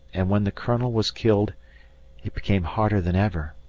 and when the colonel was killed it became harder than ever.